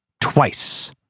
twice